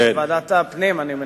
אני מניח שלוועדת הפנים.